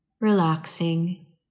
relaxing